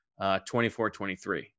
24-23